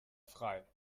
frei